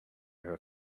her